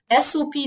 SOP